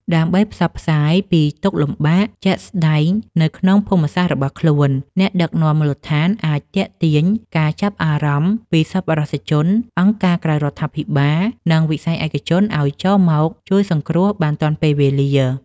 ដើម្បីផ្សព្វផ្សាយពីទុក្ខលំបាកជាក់ស្ដែងនៅក្នុងភូមិសាស្ត្ររបស់ខ្លួន អ្នកដឹកនាំមូលដ្ឋានអាចទាក់ទាញការចាប់អារម្មណ៍ពីសប្បុរសជន អង្គការក្រៅរដ្ឋាភិបាល និងវិស័យឯកជនឱ្យចូលមកជួយសង្គ្រោះបានទាន់ពេលវេលា។